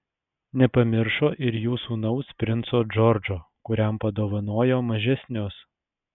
nepamiršo ir jų sūnaus princo džordžo kuriam padovanojo mažesnius